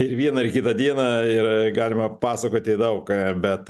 ir vieną ir kitą dieną ir galima pasakoti daug ką bet